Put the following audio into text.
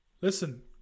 Listen